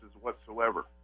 whatsoever